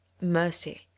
mercy